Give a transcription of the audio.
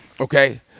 Okay